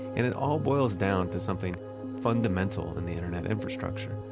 and it all boils down to something fundamental in the internet infrastructure.